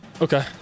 Okay